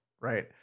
right